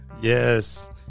Yes